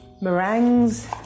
meringues